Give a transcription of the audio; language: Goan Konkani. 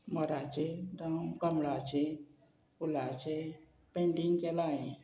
मोराचें जावं कमळाचें फुलाचें पेंटींग केलां हांयें